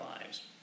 lives